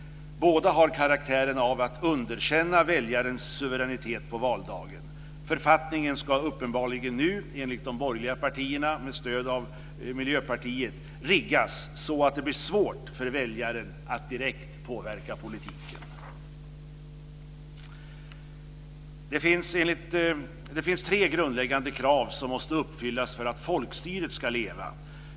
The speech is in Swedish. Båda har karaktären av att underkänna väljarens suveränitet på valdagen. Författningen ska uppenbarligen nu, enligt de borgerliga partierna med stöd av Miljöpartiet, riggas så att det blir svårt för väljaren att direkt påverka politiken. Det finns tre grundläggande krav som måste uppfyllas för att folkstyret ska leva.